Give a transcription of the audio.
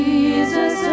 Jesus